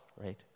right